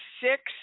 six